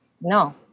No